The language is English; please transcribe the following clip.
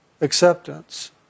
acceptance